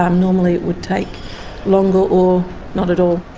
um normally it would take longer or not at all.